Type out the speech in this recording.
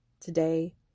Today